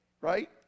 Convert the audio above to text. right